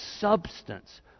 substance